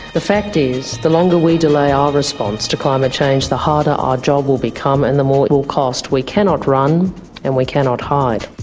the fact is, the longer we delay our response to climate change the harder our job will become and the more it will cost. we cannot run and we cannot hide.